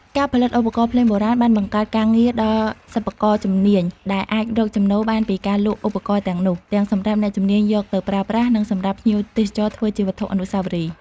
ការផលិតឧបករណ៍ភ្លេងបុរាណបានបង្កើតការងារដល់សិប្បករជំនាញ ដែលអាចរកចំណូលបានពីការលក់ឧបករណ៍ទាំងនោះ ទាំងសម្រាប់អ្នកជំនាញយកទៅប្រើប្រាស់ និងសម្រាប់ភ្ញៀវទេសចរធ្វើជាវត្ថុអនុស្សាវរីយ៍។